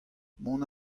mont